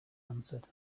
answered